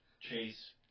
chase